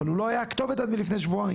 אבל הוא לא היה הכתובת לכך עד לפני שבועיים.